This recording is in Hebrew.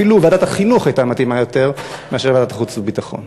אפילו ועדת החינוך הייתה מתאימה יותר מאשר ועדת החוץ והביטחון.